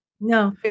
No